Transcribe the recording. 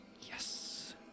Yes